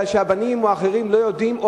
משום שהבנים או האחרים לא יודעים,